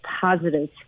positive